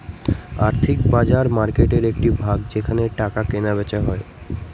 আর্থিক বাজার মার্কেটের একটি ভাগ যেখানে টাকা কেনা বেচা হয়